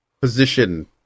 position